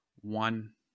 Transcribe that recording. one